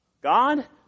God